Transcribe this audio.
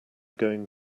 going